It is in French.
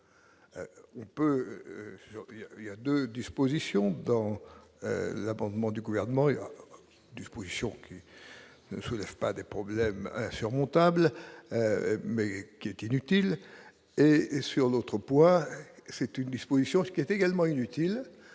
il y a 2 dispositions dans l'amendement du gouvernement et dispositions ne soulève pas des problèmes insurmontables, mais qui est inutile et et sur notre poids c'est une disposition, ce qui est également inutile